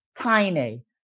tiny